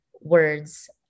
words